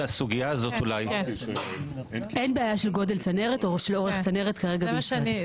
אין בעיה של גודל או של אורך צנרת, כרגע, בישראל.